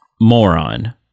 moron